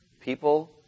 people